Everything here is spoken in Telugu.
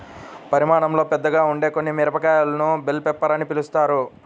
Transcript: పరిమాణంలో పెద్దగా ఉండే కొన్ని మిరపకాయలను బెల్ పెప్పర్స్ అని పిలుస్తారు